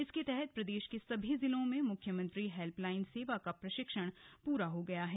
इसके तहत प्रदेश के सभी जिलों में मुख्यमंत्री हेल्पलाइन सेवा का प्रशिक्षण पूरा हो गया है